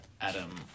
Adam